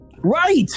right